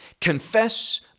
confess